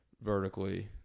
vertically